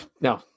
no